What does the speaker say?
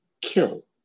kill